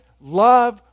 love